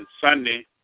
Sunday